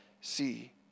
see